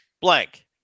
blank